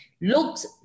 looks